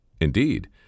Indeed